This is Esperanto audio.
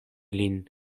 lin